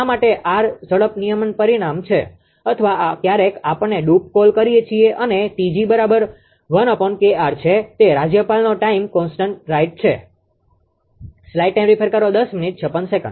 શા માટે આર ઝડપ નિયમન પરિમાણ છે અથવા ક્યારેક આપણે ડ્રુપને કૉલ કરીયે છીએ અને 𝑇𝑔 બરાબર 1𝐾𝑅 છે તે રાજ્યપાલનો ટાઇમ કોન્સ્ટન્ટ રાઈટ્ છે